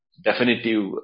definitive